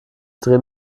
dreh